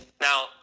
Now